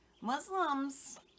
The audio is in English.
Muslims